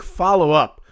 follow-up